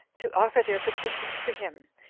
to offer their petitions to him,